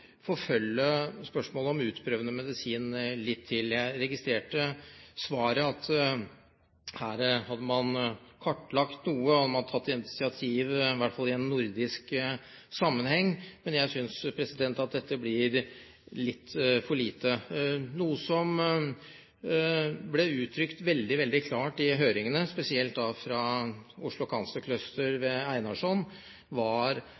forfølge spørsmålet om utprøvende medisin litt til. Jeg registrerte i svaret at her hadde man kartlagt noe, og man hadde tatt initiativ – i hvert fall i nordisk sammenheng – men jeg synes at dette blir litt for lite. Noe som ble uttrykt veldig, veldig klart i høringene, spesielt fra Oslo Cancer Cluster, ved Einarsson, var